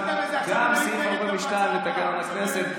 גם את סעיף 42 לתקנון הכנסת.